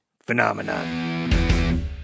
phenomenon